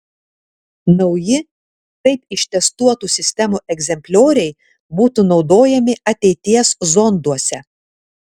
nauji taip ištestuotų sistemų egzemplioriai būtų naudojami ateities zonduose